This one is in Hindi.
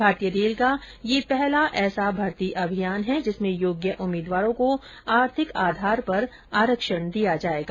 भारतीय रेल का यह पहला ऐसा भर्ती अभियान है जिसमें योग्य उम्मीदवारों को आर्थिक आधार पर आरक्षण दिया जाएगा